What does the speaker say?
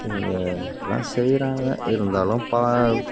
இதில் எல்லாம் செய்கிறாங்க இருந்தாலும் பா